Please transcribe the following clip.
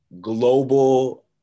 global